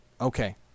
Okay